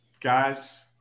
Guys